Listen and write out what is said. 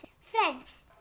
friends